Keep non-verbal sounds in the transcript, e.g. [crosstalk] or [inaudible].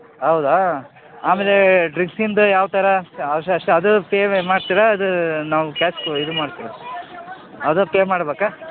ಹೌದಾ ಆಮೇಲೆ ಡ್ರಿಕ್ಸಿಂದು ಯಾವ್ಥರ [unintelligible] ಅದು ಪೇ ಮಾಡ್ತೀರಾ ಅದು ನಾವು ಕ್ಯಾಶ್ ಇದು ಮಾಡ್ತೀರಾ ಅದ ಪೇ ಮಾಡಬೇಕಾ